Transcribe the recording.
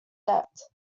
debt